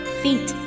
feet